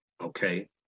Okay